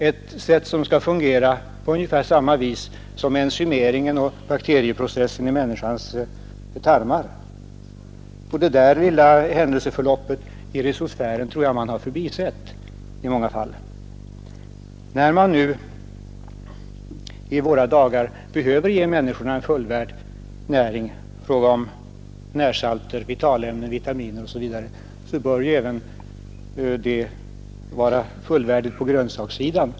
Det är en process som skall fungera på ungefär samma vis som enzymeringen och bakterieprocessen i människans tarmar, och det där lilla viktiga händelseförloppet i rhizosfären tror jag man har förbisett i många fall. När man är angelägen om att ge människorna en fullvärdig näring i fråga om närsalter, vitalämnen, vitaminer osv., så bör ju födan vara fullvärdig även på grönsakssidan.